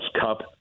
Cup